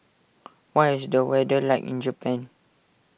what is the weather like in Japan